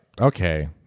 okay